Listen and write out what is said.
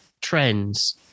trends